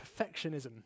perfectionism